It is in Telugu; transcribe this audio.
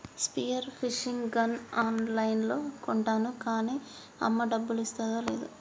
స్పియర్ ఫిషింగ్ గన్ ఆన్ లైన్లో కొంటాను కాన్నీ అమ్మ డబ్బులిస్తాదో లేదో